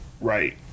right